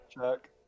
check